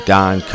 Don